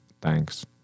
thanks